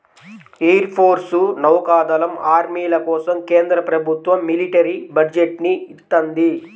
air force, నౌకా దళం, ఆర్మీల కోసం కేంద్ర ప్రభుత్వం మిలిటరీ బడ్జెట్ ని ఇత్తంది